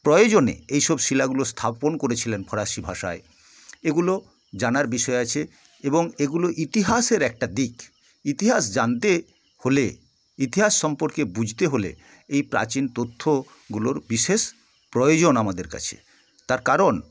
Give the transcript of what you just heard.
প্রয়োজনে এই সব শিলাগুলো স্থাপন করেছিলেন ফরাসী ভাষায় এগুলো জানার বিষয় আছে এবং এগুলো ইতিহাসের একটা দিক ইতিহাস জানতে হলে ইতিহাস সম্পর্কে বুঝতে হলে এই প্রাচীন তথ্যগুলোর বিশেষ প্রয়োজন আমাদের কাছে তার কারণ